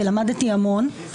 ולמדתי המון.